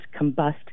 combust